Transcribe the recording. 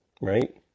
right